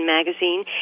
Magazine